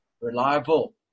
reliable